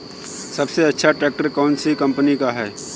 सबसे अच्छा ट्रैक्टर कौन सी कम्पनी का है?